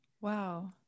Wow